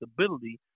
stability